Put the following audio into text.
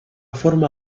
forma